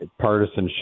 Partisanship